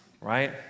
right